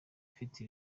ifite